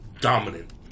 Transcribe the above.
dominant